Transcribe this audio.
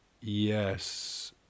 Yes